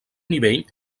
nivell